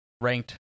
ranked